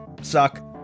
suck